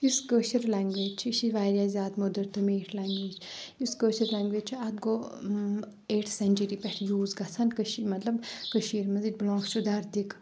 یُس کٲشِر لیٚنگویج چھِ یہِ چھِ واریاہ زیادٕ موٚدٕر تہٕ میٖٹھ لیٚنگویج یُس کٲشِر لیٚنٛگویج چھِ اَتھ گوٚو ایٹ سؠنچِری پؠٹھ یوٗز گژھان کٔشیٖر مطلَب کٔشیٖر منٛز اِٹ بلاگٕس ٹُو دَردِک